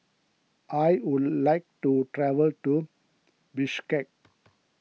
I would like to travel to Bishkek